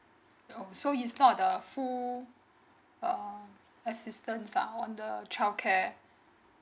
oh so it's not a full uh assistance uh on the childcare